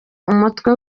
umutwe